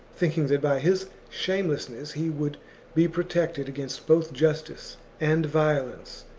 thinking that by his shamelessness he would be protected against both justice and violence.